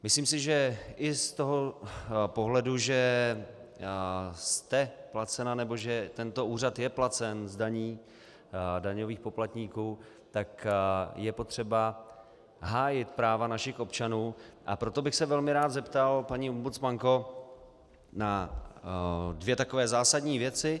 Myslím si, že i z toho pohledu, že jste placena, nebo že tento úřad je placen z daní daňových poplatníků, tak je potřeba hájit práva našich občanů, a proto bych se velmi rád zeptal, paní ombudsmanko, na dvě takové zásadní věci.